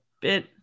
bit